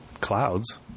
clouds